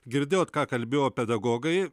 girdėjot ką kalbėjo pedagogai